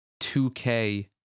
2K